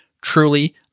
Truly